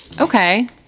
okay